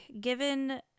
given